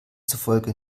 zufolge